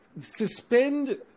Suspend